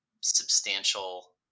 substantial